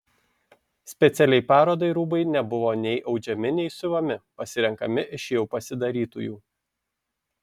specialiai parodai rūbai nebuvo nei audžiami nei siuvami pasirenkami iš jau pasidarytųjų